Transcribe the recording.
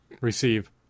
receive